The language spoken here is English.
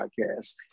podcast